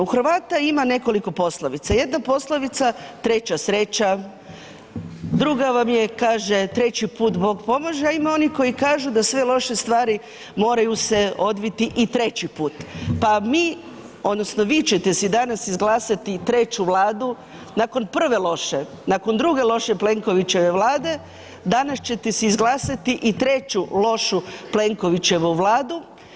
U Hrvata ima nekoliko poslovnica, jedna poslovica treća sreća, druga vam je kaže treći put Bog pomaže, a ima onih koji kažu da sve loše stvari moraju se odviti i treći put, pa mi odnosno vi ćete si danas izglasati i treću Vladu nakon prve loše, nakon druge loše Plenkovićeve Vlade, danas ćete si izglasati i treću lošu Plenkovićevu Vladu.